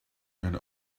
and